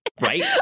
right